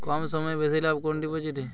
কম সময়ে বেশি লাভ কোন ডিপোজিটে?